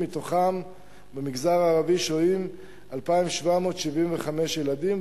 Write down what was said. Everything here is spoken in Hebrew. מתוכם במגזר הערבי שוהים 2,775 ילדים.